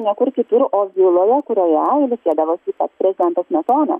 ne kur kitur o viloje kurioje ilsėdavosi pats prezidentas smetona